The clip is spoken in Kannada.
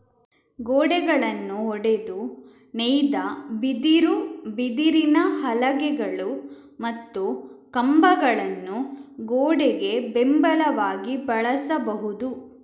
ಗೋಡೆಗಳನ್ನು ಒಡೆದು ನೇಯ್ದ ಬಿದಿರು, ಬಿದಿರಿನ ಹಲಗೆಗಳು ಮತ್ತು ಕಂಬಗಳನ್ನು ಗೋಡೆಗೆ ಬೆಂಬಲವಾಗಿ ಬಳಸಬಹುದು